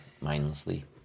mindlessly